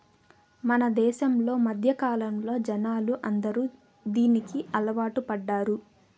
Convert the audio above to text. మన దేశంలో మధ్యకాలంలో జనాలు అందరూ దీనికి అలవాటు పడ్డారు